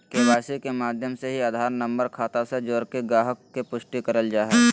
KYC के माध्यम से ही आधार नम्बर खाता से जोड़के गाहक़ के पुष्टि करल जा हय